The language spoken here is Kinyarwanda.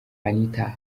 anita